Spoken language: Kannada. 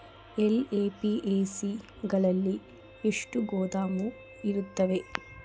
ಎಲ್ಲಾ ಎ.ಪಿ.ಎಮ್.ಸಿ ಗಳಲ್ಲಿ ಎಷ್ಟು ಗೋದಾಮು ಇರುತ್ತವೆ?